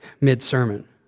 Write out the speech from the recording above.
mid-sermon